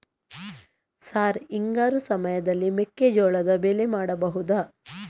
Sir ಹಿಂಗಾರು ಸಮಯದಲ್ಲಿ ಮೆಕ್ಕೆಜೋಳದ ಬೆಳೆ ಮಾಡಬಹುದಾ?